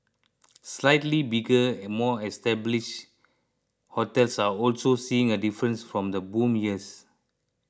slightly bigger and more establish hotels are also seeing a difference from the boom years